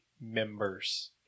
members